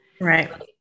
Right